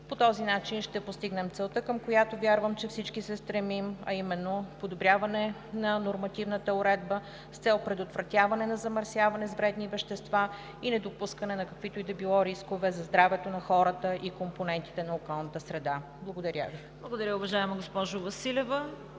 По този начин ще постигнем целта, към която вярвам, че всички се стремим, а именно: подобряване на нормативната уредба с цел предотвратяване на замърсяване с вредни вещества и недопускане на каквито и да било рискове за здравето на хората и компонентите на околната среда. Благодаря Ви. ПРЕДСЕДАТЕЛ ЦВЕТА КАРАЯНЧЕВА: Благодаря, уважаема госпожо Василева.